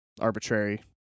arbitrary